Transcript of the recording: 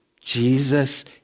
Jesus